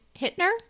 hitner